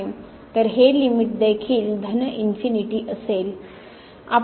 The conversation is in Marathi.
तर हे लिमिट देखील धन इन्फिनीटी असेल